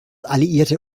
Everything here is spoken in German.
alliierte